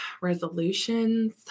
resolutions